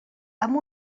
amb